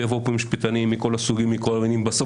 ויבואו לפה משפטנים מכל הסוגים ומכל המינים בסוף